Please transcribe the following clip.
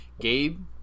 Gabe